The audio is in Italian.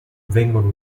vengono